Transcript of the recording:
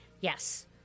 Yes